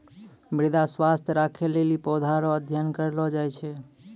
मृदा स्वास्थ्य राखै लेली पौधा रो अध्ययन करलो जाय छै